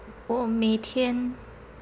我每天